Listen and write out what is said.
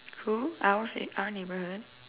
who our fit~ our neighborhood